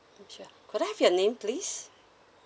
sure could I have your name please